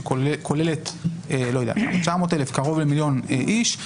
שכוללת קרוב למיליון איש,